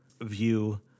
view